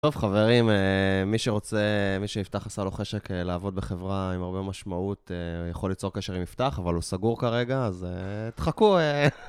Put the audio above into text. טוב, חברים, מי שרוצה, מי שיפתח עשה לו חשק לעבוד בחברה עם הרבה משמעות יכול ליצור קשר עם יפתח, אבל הוא סגור כרגע, אז תחכו.